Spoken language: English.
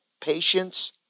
patience